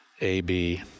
AB